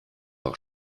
auch